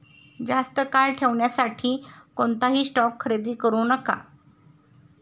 जास्त काळ ठेवण्यासाठी कोणताही स्टॉक खरेदी करू नका